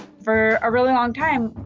for a really long time,